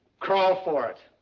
crawl for it.